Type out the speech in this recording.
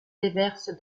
déverse